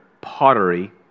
pottery